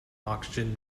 oxygen